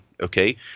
okay